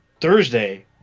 Thursday